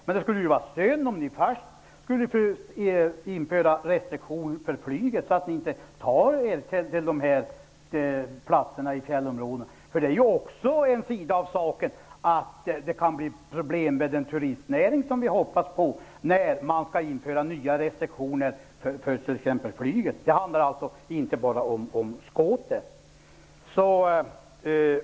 Men det skulle vara synd om ni först införde restriktioner för flyget så att ni inte tar er till dessa platser i fjällområdena. Det är också en sida av saken: Det kan bli problem med den turistnäring som vi hoppas på om man skall införa nya restriktioner för t.ex. flyget. Det handlar alltså inte bara om skoter.